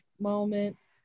moments